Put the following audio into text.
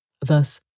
Thus